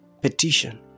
petition